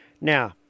Now